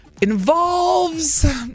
involves